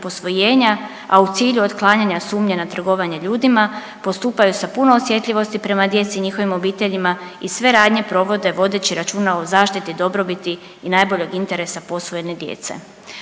posvojenja, a u cilju otklanjanja sumnje na trgovanje ljudima postupaju sa puno osjetljivosti prema djeci i njihovim obiteljima i sve radnje provode vodeći računa o zaštiti, dobrobiti i najboljeg interesa posvojene djece.